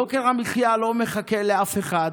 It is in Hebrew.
יוקר המחיה לא מחכה לאף אחד.